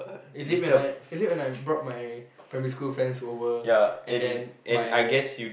is it when I is it when I brought my primary school friends over and then my